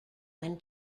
when